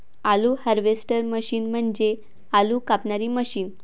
आलू harvester machine म्हणजे आलू कापणारी मशीन